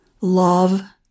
love